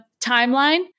timeline